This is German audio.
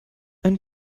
ein